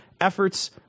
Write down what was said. efforts